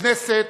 הכנסת